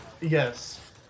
Yes